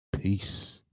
Peace